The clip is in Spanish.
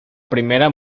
primera